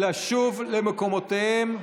לשוב למקומותיהם.